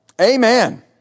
Amen